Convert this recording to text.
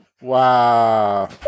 Wow